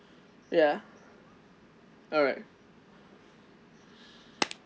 ya alright